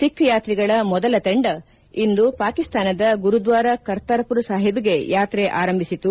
ಸಿಖ್ ಯಾತ್ರಿಗಳ ಮೊದಲ ತಂಡ ಇಂದು ಪಾಕಿಸ್ತಾನದ ಗುರುದ್ಲಾರ ಕರ್ತಾರ್ಮರ್ ಸಾಹಿಬ್ಗೆ ಯಾತ್ರೆ ಆರಂಭಿಸಿತು